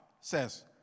says